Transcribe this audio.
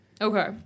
Okay